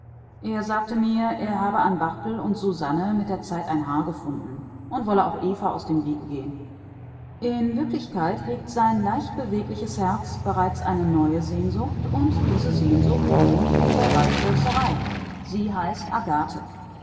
er sagte mir er habe an barthel und susanne mit der zeit ein haar gefunden und wolle auch eva aus dem wege gehen in wirklichkeit hegt sein leichtbewegliches herz bereits eine neue sehnsucht und diese sehnsucht wohnt in der waldschölzerei sie heißt agathe